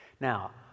Now